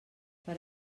per